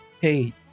Hey